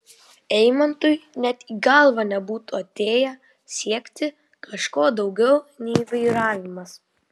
eimantui net į galvą nebūtų atėję siekti kažko daugiau nei vairavimas